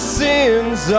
sins